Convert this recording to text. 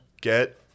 get